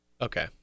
Okay